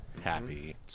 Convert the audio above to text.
Happy